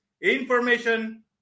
information